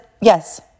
yes